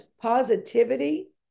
positivity